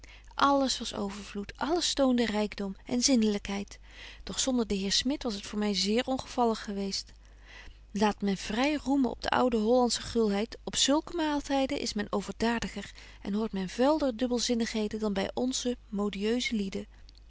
alles was overvloed alles toonde rykdom en zindelykheid doch zonder den heer smit was het voor my zeer ongevallig geweest laat men vry roemen op de oude hollandsche gulheid op zulke maaltyden is men overdadiger en hoort men vuilder dubbelzinnigheden dan by onze modieuse lieden